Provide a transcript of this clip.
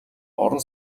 орон